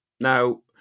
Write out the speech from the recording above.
Now